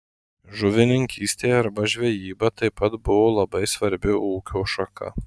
žuvininkystė arba žvejyba taip pat buvo labai svarbi ūkio šaka